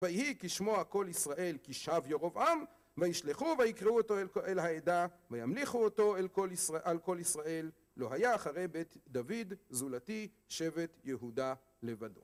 ויהי כשמוע כל ישראל, כי שב ירבעם. וישלחו ויקראו אותו אל העדה, וימליכו אותו על כל ישראל, לא היה אחרי בית דוד, זולתי שבט יהודה לבדו.